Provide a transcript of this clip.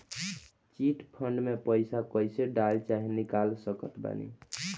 Chit fund मे पईसा कईसे डाल चाहे निकाल सकत बानी?